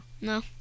No